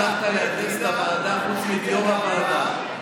הצלחת להנדס את הוועדה חוץ מיו"ר הוועדה.